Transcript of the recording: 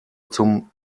zum